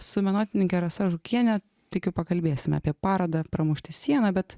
su menotyrininke rasa žukiene tikiu pakalbėsime apie parodą pramušti sieną bet